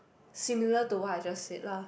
similar to what I just said lah